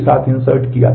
तो इन्सर्ट किया था